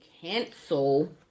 cancel